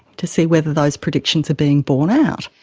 to see whether those predictions are being borne out.